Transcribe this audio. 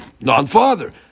non-father